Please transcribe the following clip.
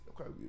Okay